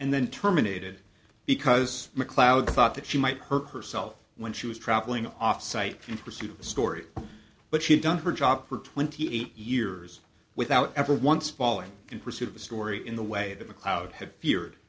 and then terminated because macleod thought that she might hurt herself when she was traveling off site in pursuit of the story but she had done her job for twenty eight years without ever once falling in pursuit of a story in the way that the cloud had feared